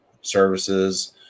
services